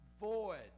void